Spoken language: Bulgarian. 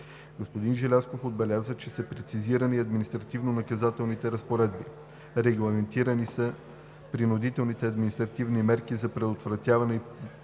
Господин Желязков отбеляза, че са прецизирани и административнонаказателните разпоредби. Регламентирани са принудителни административни мерки за предотвратяване и